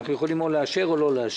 אנחנו יכולים או לאשר או לא לאשר.